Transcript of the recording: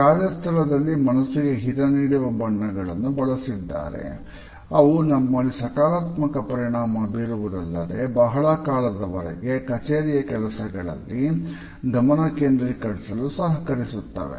ಕಾರ್ಯಸ್ಥಳದಲ್ಲಿ ಮನಸ್ಸಿಗೆ ಹಿತನೀಡುವ ಬಣ್ಣಗಳನ್ನು ಬಳಸಿದ್ದಾರೆ ಅವು ನಮ್ಮಲ್ಲಿ ಸಕಾರಾತ್ಮಕ ಪರಿಣಾಮ ಬೀರುವುದಲ್ಲದೆ ಬಹಳ ಕಾಲದವರೆಗೆ ಕಚೇರಿಯ ಕೆಲಸಗಳಲ್ಲಿ ಗಮನ ಕೇಂದ್ರೀಕರಿಸಲು ಸಹಕರಿಸುತ್ತವೆ